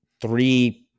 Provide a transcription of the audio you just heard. three